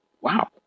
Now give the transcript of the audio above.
wow